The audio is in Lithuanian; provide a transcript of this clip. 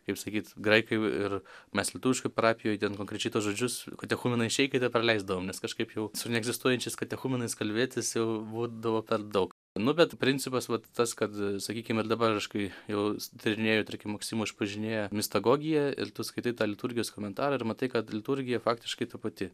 kaip sakyt graikai ir mes lietuviškoj parapijoj ten konkrečiai tuos žodžius katechumenai išeikite praleisdavom nes kažkaip jau su neegzistuojančiais katechumenais kalbėtis jau būdavo per daug nu bet principas vat tas kad sakykim ir dabar aš kai jau tyrinėju tarkim maksimo išpažinėją mistagogiją ir tu skaitai tą liturgijos komentarą ir matai kad liturgija faktiškai ta pati